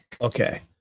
Okay